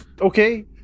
Okay